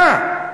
מה?